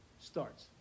starts